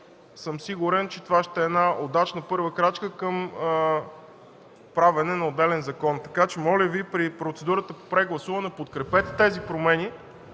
съм, че това ще бъде една удачна първа крачка към правене на отделен закон, така че Ви моля при процедурата по прегласуване – подкрепете тези промени,